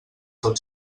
tot